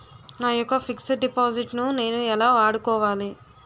నా యెక్క fixed deposit ను నేను ఎలా వాడుకోవాలి?